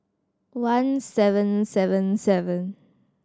one seven seven seven